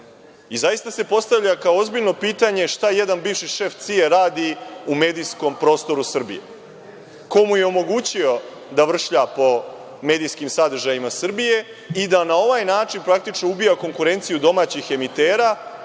Zaista se postavlja ozbiljno pitanje šta jedan bivši šef CIA-e radi u medijskom prostoru Srbije. Ko mu je omogućio da vršlja po medijskim sadržajima Srbije i da na ovaj način praktično ubija konkurenciju domaćih emitera,